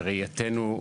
בראייתנו,